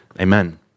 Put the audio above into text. amen